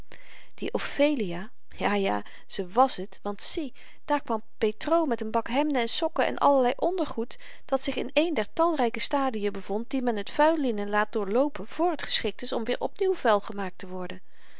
die ophelia ja ja ze wàs het want zie daar kwam petr met n bak hemden en sokken en allerlei ondergoed dat zich in een der talryke stadiën bevond die men t vuillinnen laat doorloopen voor t geschikt is om weer op nieuw vuil gemaakt te worden